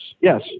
yes